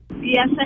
Yes